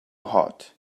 hot